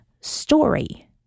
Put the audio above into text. story